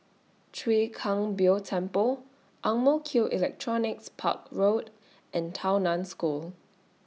Chwee Kang Beo Temple Ang Mo Kio Electronics Park Road and Tao NAN School